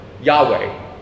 Yahweh